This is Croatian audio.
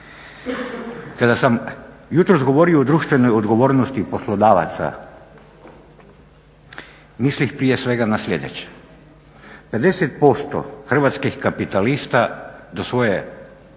Kada sam jutros govorio o društvenoj odgovornosti poslodavaca, mislih prije svega na sljedeće. 50% hrvatskih kapitalista do svoje